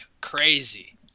crazy